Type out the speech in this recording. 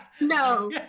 no